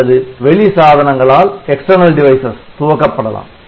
அல்லது வெளி சாதனங்களால் துவக்கப்படலாம்